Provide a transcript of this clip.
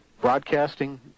broadcasting